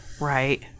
Right